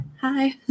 hi